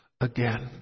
again